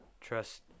trust